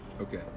Okay